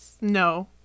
No